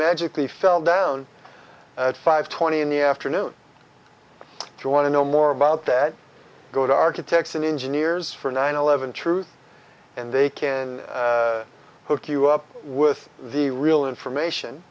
magically fell down at five twenty in the afternoon join to know more about that go to architects and engineers for nine eleven truth and they can hook you up with the real information